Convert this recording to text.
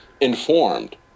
informed